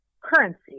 currency